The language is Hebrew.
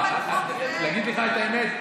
שיניתם הכול, אה?